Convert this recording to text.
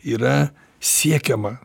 yra siekiama